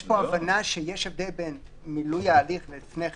יש פה הבנה שיש הבדל בין מילוי ההליך לפני כן,